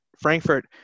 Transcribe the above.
Frankfurt